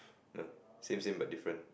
ya same same but different